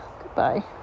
Goodbye